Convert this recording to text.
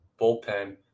bullpen